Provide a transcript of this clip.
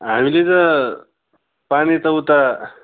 हामीले त पानी त उता